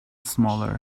smaller